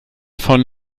von